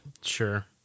Sure